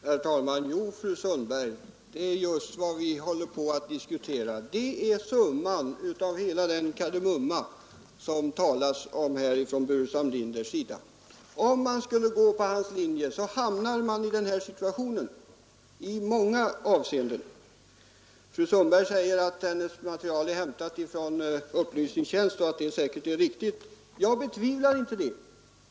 Herr talman! Jo, fru Sundberg, det är just vad vi håller på att diskutera. Det är summan av hela den kardemumma som herr Burenstam Linder talar om. Om man skall gå på hans linje hamnar man i den här situationen. Fru Sundberg säger att hennes material är hämtat från upplysningstjänsten och att det säkert är riktigt. Jag betvivlar inte det.